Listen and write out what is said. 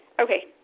Okay